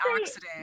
accident